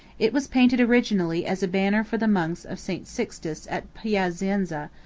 it was painted originally as a banner for the monks of st. sixtus at piacenza,